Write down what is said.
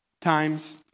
times